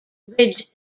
ridge